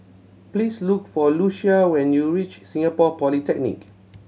please look for Lucia when you reach Singapore Polytechnic